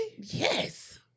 Yes